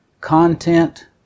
content